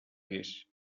guix